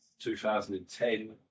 2010